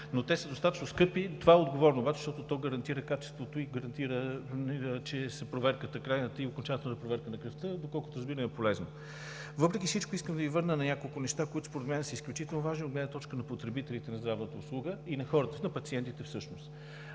но те са достатъчно скъпи. Това е отговорно обаче, защото то гарантира качеството и крайната и окончателната проверка на кръвта, доколкото разбирам, е полезно. Въпреки всичко искам да Ви върна на няколко неща, които според мен са изключително важни от гледна точка на потребителите на здравната услуга и на хората, на пациентите всъщност.